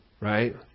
Right